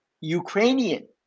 Ukrainian